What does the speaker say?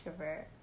extrovert